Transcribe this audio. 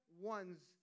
ones